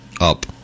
up